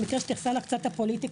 במקרה שתחסר לך קצת הפוליטיקה,